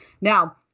Now